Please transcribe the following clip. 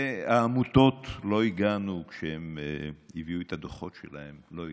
וכשהעמותות הביאו את הדוחות שלהן, לא הגענו.